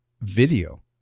video